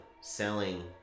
selling